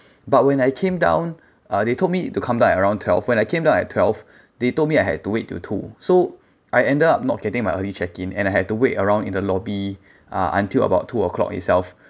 but when I came down uh they told me to come back around twelve when I came down at twelve they told me I had to wait till two so I ended up not getting my early check in and I had to wait around in the lobby uh until about two O clock itself